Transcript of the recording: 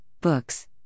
books